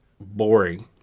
boring